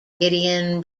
gideon